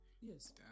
Yes